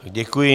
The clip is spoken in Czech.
Děkuji.